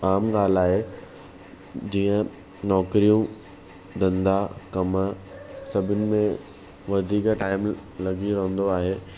आम ॻाल्हि आहे जीअं नौकरियूं धंदा कमु सभिनि में वधीक टाइम लॻी रहंदो आहे